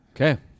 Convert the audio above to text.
Okay